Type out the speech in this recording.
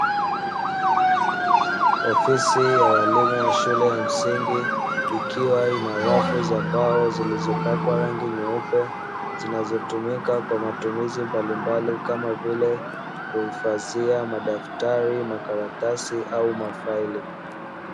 Ofisi ya walimu wa shule ya msingi, ikiwa na rafu za mbao zilizopakwa rangi nyeupe zinazotumika kwa matumizi mbalimbali kama vile; kuhifadhia madaftari makaratasi au mafaili.